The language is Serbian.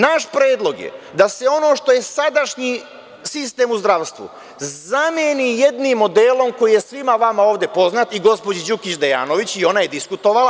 Naš predlog je da s ono što je sadašnji sistem u zdravstvu zameni jednim modelom koji je svima vama ovde poznat, i gospođi Đukić Dejanović, i ona je diskutovala…